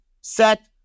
set